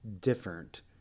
different